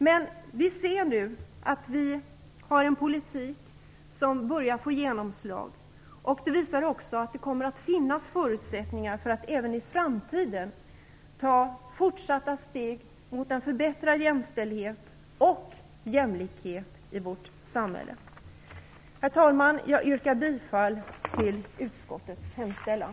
Men vi ser nu att vi har en politik som börjar få genomslag och som också visar att det kommer att finnas förutsättningar för att även i framtiden ta fortsatta steg mot en förbättrad jämställdhet och jämlikhet i vårt samhälle. Herr talman! Jag yrkar bifall till utskottets hemställan.